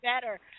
better